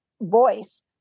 voice